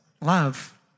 Love